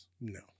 No